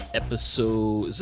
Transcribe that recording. episode